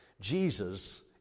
Jesus